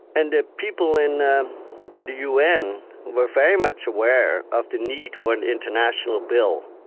and the people in in the un were very much aware of the need for an international bill.